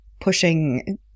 Pushing